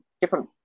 different